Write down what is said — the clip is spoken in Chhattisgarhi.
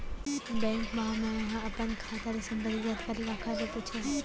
बैंक मा मैं ह अपन खाता ले संबंधित जानकारी काखर से पूछव?